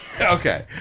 Okay